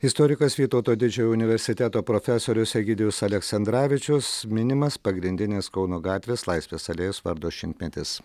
istorikas vytauto didžiojo universiteto profesorius egidijus aleksandravičius minimas pagrindinės kauno gatvės laisvės alėjos vardo šimtmetis